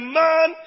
man